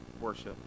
worship